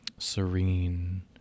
serene